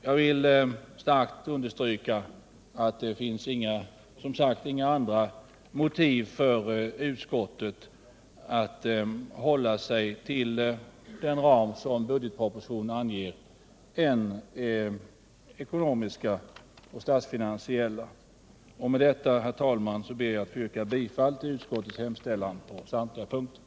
Jag vill kraftigt understryka att det, som sagt, inte finns några andra motiv för utskottet att hålla sig till den ram som budgetpropositionen anger än statsfinansiella. Med detta, herr talman, ber jag att få yrka bifall till utskottets hemställan på samtliga punkter.